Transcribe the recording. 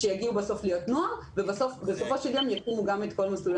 שיגיעו לנוער ובסופו של יום ישלימו את כל המסלול.